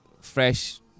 fresh